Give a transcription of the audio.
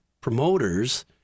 promoters